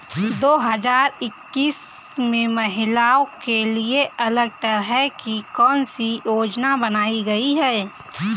दो हजार इक्कीस में महिलाओं के लिए अलग तरह की कौन सी योजना बनाई गई है?